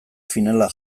finala